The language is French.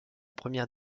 première